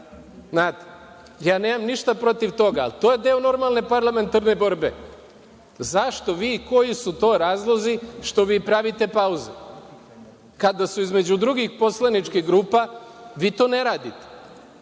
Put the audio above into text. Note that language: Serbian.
Ja nemam ništa protiv toga, ali to je deo normalne parlamentarne borbe. Koji su to razlozi što vi pravite pauzu? Kada su između drugih poslaničkih grupa vi to ne radite.